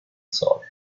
sole